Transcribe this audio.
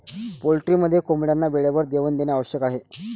पोल्ट्रीमध्ये कोंबड्यांना वेळेवर जेवण देणे आवश्यक आहे